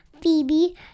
Phoebe